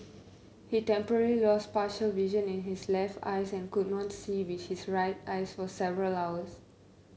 he temporarily lost partial vision in his left eye and could not see with his right eye for several hours